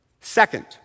Second